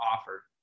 offered